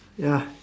ya